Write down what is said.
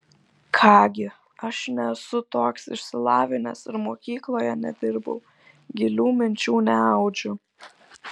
ką gi aš nesu toks išsilavinęs ir mokykloje nedirbau gilių minčių neaudžiu